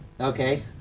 okay